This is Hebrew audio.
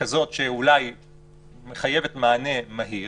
כזאת שאולי מחייבת מענה מהיר